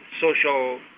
social